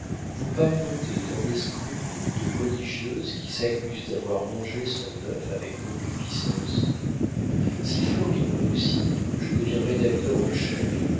vous barbotez dans des scrupules de religieuse qui s'accuse d'avoir mangé son œuf avec concupiscence si florine réussit je deviens rédacteur en chef